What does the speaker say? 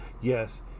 Yes